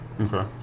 Okay